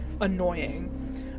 annoying